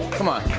come on.